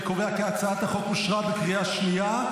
אני קובע כי הצעת החוק אושרה בקריאה שנייה.